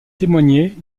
témoigner